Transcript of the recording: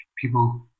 people